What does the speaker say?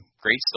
great